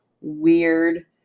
weird